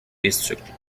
district